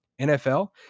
NFL